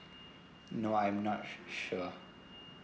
no I'm not sure